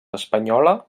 espanyola